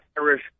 Irish